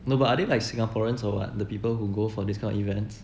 no but are they like singaporeans or what the people who go for this kind of events